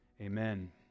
Amen